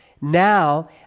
Now